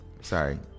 sorry